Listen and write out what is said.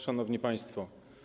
Szanowni Państwo!